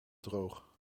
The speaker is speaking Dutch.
droog